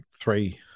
three